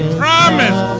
promise